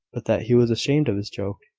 but that he was ashamed of his joke.